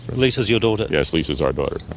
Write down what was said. lisa is your daughter? yes, lisa's our daughter.